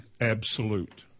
absolute